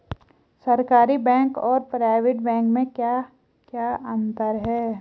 सरकारी बैंक और private bank में क्या क्या अंतर हैं?